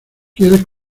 quieres